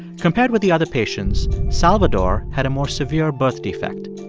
compared with the other patients, salvador had a more severe birth defect.